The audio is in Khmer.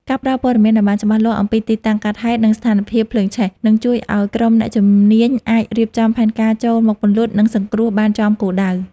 ការផ្ដល់ព័ត៌មានឱ្យបានច្បាស់លាស់អំពីទីតាំងកើតហេតុ និងស្ថានភាពភ្លើងឆេះ នឹងជួយឱ្យក្រុមអ្នកជំនាញអាចរៀបចំផែនការចូលមកពន្លត់ និងសង្គ្រោះបានចំគោលដៅ។